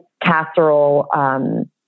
casserole